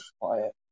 quiet